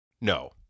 no